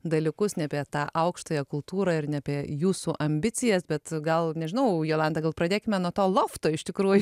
dalykus ne apie tą aukštąją kultūrą ir ne apie jūsų ambicijas bet gal nežinau jolanta gal pradėkime nuo to lofto iš tikrųjų